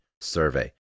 survey